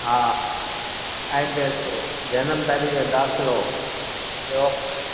हा ऐड्रेस जनमु तारीख़ यो दाख़िलो ॿियो